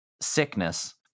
sickness